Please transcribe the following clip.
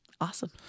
Awesome